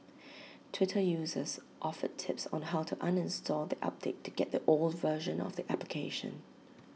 Twitter users offered tips on how to uninstall the update to get the old version of the application